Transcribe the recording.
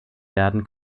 werden